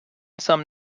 some